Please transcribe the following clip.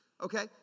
Okay